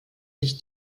sich